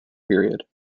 period